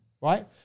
Right